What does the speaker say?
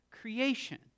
creation